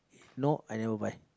no I never buy